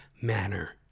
manner